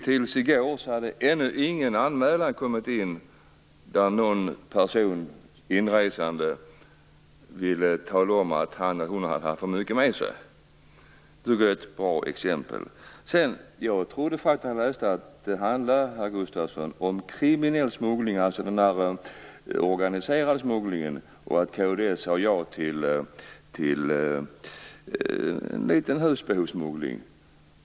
Tills i går hade ännu ingen anmälan kommit in där någon inresande person ville tala om att han eller hon hade haft för mycket med sig. Det tycker jag är ett bra exempel. Jag trodde, herr Gustafsson, att det handlade om kriminell smuggling, dvs. organiserad smuggling, och att kd sade ja till en liten husbehovssmuggling.